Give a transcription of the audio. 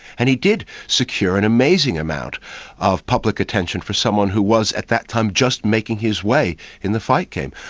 and he did secure an amazing amount of public attention for someone who was at that time just making his way in the fight game.